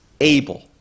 able